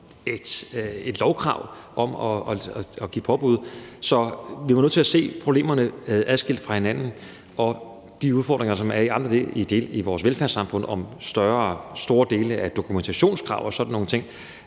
et lovkrav om at give påbud. Så vi bliver nødt til at se problemerne adskilt fra hinanden, og de udfordringer, der er i andre dele af vores velfærdssamfund, med store dokumentationskrav og sådan nogle ting,